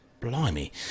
blimey